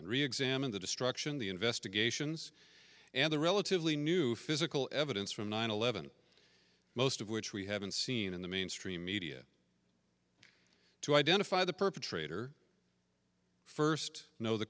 and reexamine the destruction the investigations and the relatively new physical evidence from nine eleven most of which we haven't seen in the mainstream media to identify the perpetrator first know the